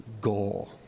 goal